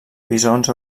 bisons